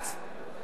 אינו נוכח